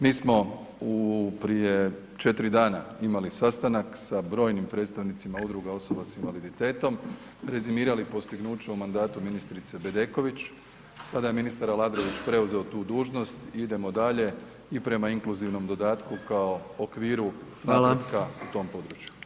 Mi smo u, prije 4 dana imali sastanak sa brojnim predstavnicima udruga osoba s invaliditetom, rezimirali postignuća u mandatu ministrice Bedeković, sada je ministar Aladrović preuzeo tu dužnost, idemo dalje i prema inkluzivnom dodatku kao okviru [[Upadica: Hvala]] napretka u tom području.